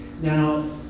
Now